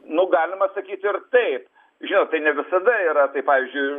nu galima sakyti ir taip žinot tai ne visada yra tai pavyzdžiui